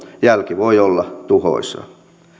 jälki voi olla tuhoisaa